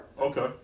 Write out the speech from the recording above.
Okay